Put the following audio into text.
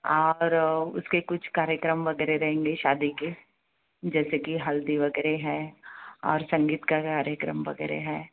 और उसके कुछ कार्यक्रम वगैरह रहेंगे शादी के जैसे कि हल्दी वगैरह है और संगीत का कार्यक्रम वगैरह हैं